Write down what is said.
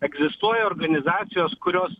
egzistuoja organizacijos kurios